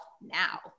now